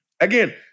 Again